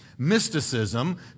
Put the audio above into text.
mysticism